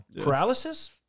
Paralysis